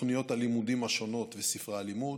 בתוכניות הלימודים השונות ובספרי הלימוד,